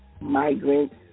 migrants